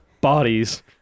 bodies